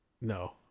no